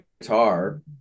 guitar